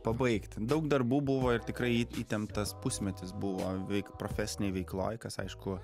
pabaigti daug darbų buvo ir tikrai į įtemptas pusmetis buvo veik profesinėje veikloj kas aišku